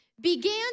began